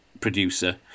producer